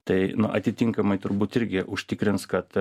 tai atitinkamai turbūt irgi užtikrins kad